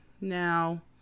now